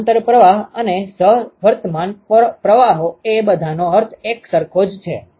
સમાંતર પ્રવાહ અને સહ વર્તમાન પ્રવાહનો એ બધાનો અર્થ એક સરખો છે